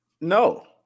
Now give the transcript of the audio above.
No